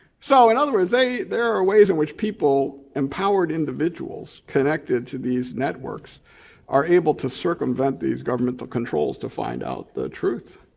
so in other words, there are ways in which people empowered individuals, connected to these networks are able to circumvent these governmental controls to find out the truth.